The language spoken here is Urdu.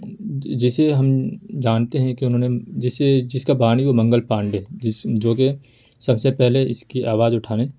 جسے ہم جانتے ہیں کہ انہوں نے جسے جس کا بانی وہ منگل پانڈے جو کہ سب سے پہلے اس کی آواز اٹھانے